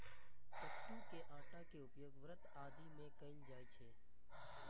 कट्टू के आटा के उपयोग व्रत आदि मे कैल जाइ छै